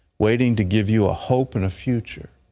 waiting to give you a hope and a future,